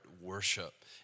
worship